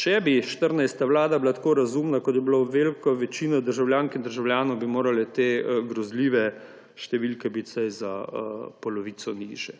Če bi bila 14. vlada tako razumna, kot je bila velika večina državljank in državljanov, bi morale te grozljive številke biti vsaj za polovico nižje.